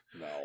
No